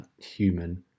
human